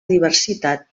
diversitat